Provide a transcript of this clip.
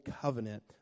covenant